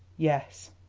yes.